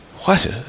What